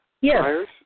Yes